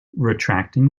retracting